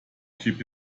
keep